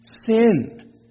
Sin